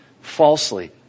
falsely